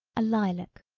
a lilac,